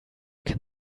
can